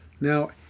Now